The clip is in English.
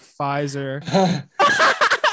Pfizer